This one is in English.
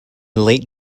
late